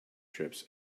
trips